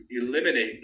eliminate